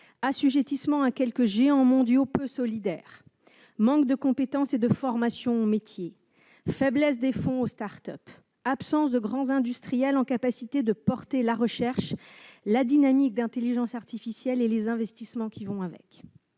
assujettissement à quelques géants mondiaux peu solidaires, manque de compétences et de formation aux métiers, faiblesse des fonds alloués aux start-up, absence de grands industriels capables de soutenir la recherche, de promouvoir la dynamique d'intelligence artificielle et les investissements qui vont avec